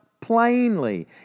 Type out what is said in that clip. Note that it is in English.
Plainly